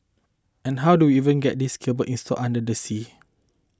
and how do we even get these cable installed under the sea